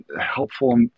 helpful